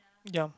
ya